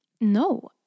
No